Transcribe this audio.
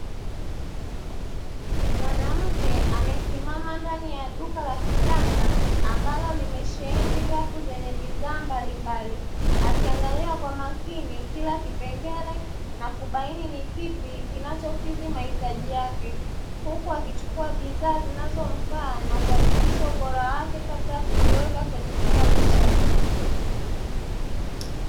Mwanamke amesimama ndani ya duka la kisasa ambalo limesheheni rafu zenye bidhaa mbalimbali, akiangalia kwa makini kila kipengele na kubaini ni kipi kinachokidhi mahitaji yake, huku akichukua bidhaa zinazomfaa na kuhakikisha ubora wake kabla ya kuziweka kwenye kikapu chake.